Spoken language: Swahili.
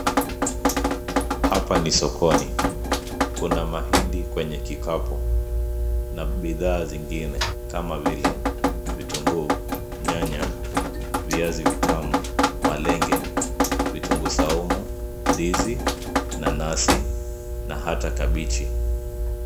Hapa ni sokoni. Kuna mahindi kwenye kikapu na bidhaa zingine kama vile vitunguu, nyanya, viazi vitamu, malenge, vitunguu saumu, ndizi, nanasi na hata kabichi.